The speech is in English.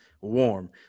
warm